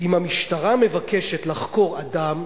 אם המשטרה מבקשת לחקור אדם,